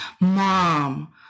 mom